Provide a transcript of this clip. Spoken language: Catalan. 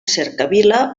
cercavila